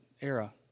era